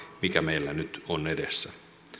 mikä meillä nyt on edessä